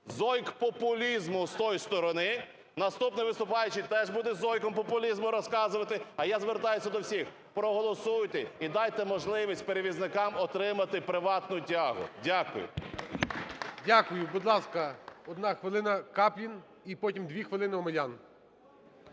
зойк популізму з тої сторони. Наступний виступаючий теж буде з зойком популізму розказувати. А я звертаюся до всіх: проголосуйте і дайте можливість перевізникам отримати приватну тягу. Дякую. ГОЛОВУЮЧИЙ. Дякую. Будь ласка, одна хвилина, Каплін. І потім дві хвилини Омелян.